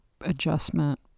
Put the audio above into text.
adjustment